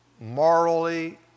morally